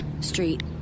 street